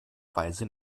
weise